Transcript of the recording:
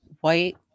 white